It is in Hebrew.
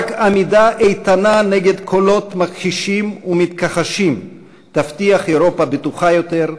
רק עמידה איתנה נגד קולות מכחישים ומתכחשים תבטיח אירופה בטוחה יותר,